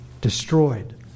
destroyed